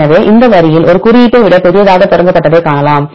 எனவே இந்த வரியில் இது குறியீட்டை விட பெரியதாக தொடங்கப்பட்டதைக் காணலாம்